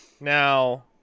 Now